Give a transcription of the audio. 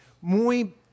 muy